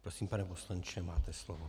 Prosím, pane poslanče, máte slovo.